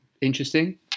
interesting